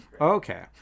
Okay